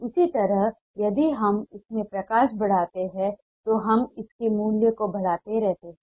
उसी तरह यदि हम इसमें प्रकाश बढ़ाते हैं तो हम इसके मूल्य को बढ़ाते रहते हैं